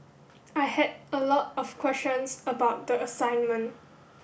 I had a lot of questions about the assignment